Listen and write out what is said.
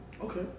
Okay